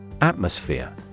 Atmosphere